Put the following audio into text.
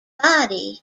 body